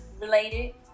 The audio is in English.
related